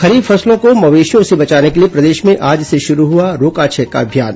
खरीफ फसलों को मवेशियों से बचाने के लिए प्रदेश में आज से शुरू हुआ रोका छेका अभियान